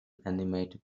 animated